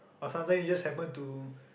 or sometime you just happen to